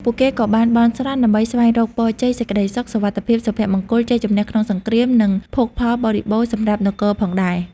ពួកគេក៏បានបន់ស្រន់ដើម្បីស្វែងរកពរជ័យ សេចក្ដីសុខ សុវត្ថិភាព សុភមង្គល ជ័យជំនះក្នុងសង្គ្រាម និងភោគផលបរិបូរណ៍សម្រាប់នគរផងដែរ។